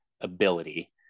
ability